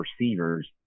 receivers